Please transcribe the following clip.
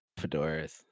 fedoras